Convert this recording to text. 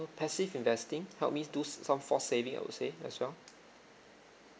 passive investing help me do some forced saving I would say as well